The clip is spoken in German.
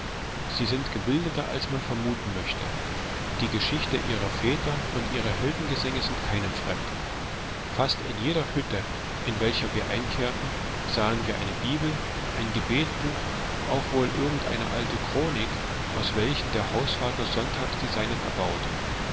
sie sind gebildeter als man vermuten möchte die geschichte ihrer väter und ihre heldengesänge sind keinem fremd fast in jeder hütte in welcher wir einkehrten sahen wir eine bibel ein gebetbuch auch wohl irgend eine alte chronik aus welchen der hausvater sonntags die seinen erbaut